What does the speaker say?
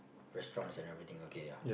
restaurants and everything okay yeah